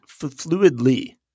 Fluidly